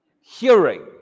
hearing